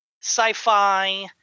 sci-fi